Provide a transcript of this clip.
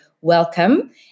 welcome